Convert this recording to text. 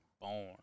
Born